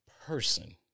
person